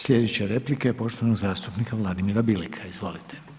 Slijedeće replike je poštovanog zastupnika Vladimira Bileka, izvolite.